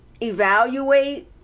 evaluate